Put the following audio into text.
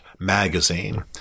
magazine